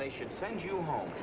they should send you home